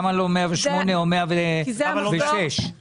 למה לא 108,000 ₪ או 106,000 ₪?